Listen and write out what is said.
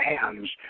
hands